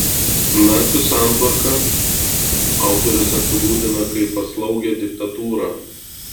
nacių santvarką autorius apibūdina kaip paslaugią diktatūrą